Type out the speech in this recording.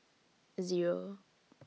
Zero